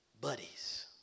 buddies